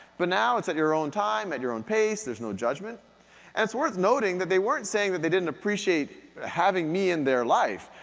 but now it's at your own time, at your own pace, there's no judgment. and it's worth noting that they weren't saying that they didn't appreciate having me in their life,